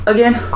Again